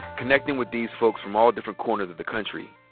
connecting with these folks from all different corners of the country.